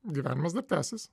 gyvenimas dar tęsis